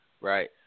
Right